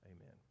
amen